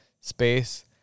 space